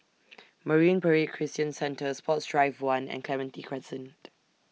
Marine Parade Christian Centre Sports Drive one and Clementi Crescent